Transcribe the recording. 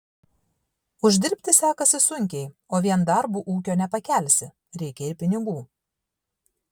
uždirbti sekasi sunkiai o vien darbu ūkio nepakelsi reikia ir pinigų